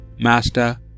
Master